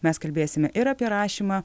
mes kalbėsime ir apie rašymą